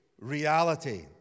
reality